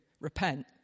Repent